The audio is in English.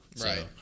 right